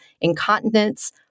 Incontinence